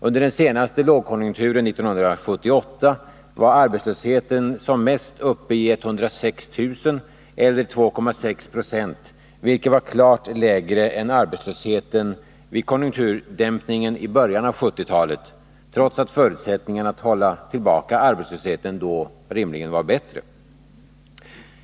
Under den senaste lågkonjunkturen 1978 var arbetslösheten som mest uppe i 106 000 eller 2,6 96, vilket var klart lägre än arbetslösheten vid konjunkturdämpningen i början av 1970-talet, trots att förutsättningarna att hålla tillbaka arbetslösheten då var bättre.